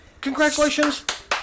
Congratulations